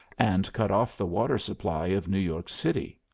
and cut off the water supply of new york city.